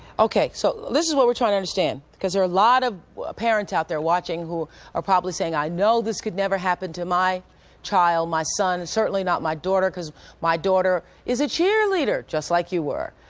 ok. so this is what we're trying to understand, because there are a lot of parents out there watching who are probably saying, i know this could never happen to my child, my son, certainly not my daughter, because my daughter is a cheerleader, just like you were.